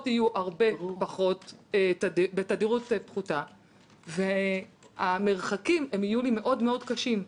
יהיו בתדירות פחותה והמרחקים יהיו לי מאוד מאוד קשים.